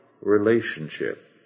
relationship